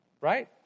Right